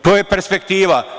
To je perspektiva.